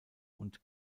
und